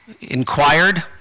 inquired